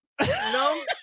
no